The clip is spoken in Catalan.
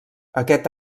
aquest